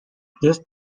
this